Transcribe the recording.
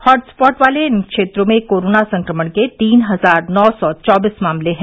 hot spot वाले इन क्षेत्रों में कोरोना संक्रमण के तीन हजार नौ सौ चौबीस मामले हैं